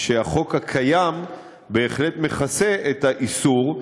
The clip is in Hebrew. שהחוק הקיים בהחלט מכסה את האיסור.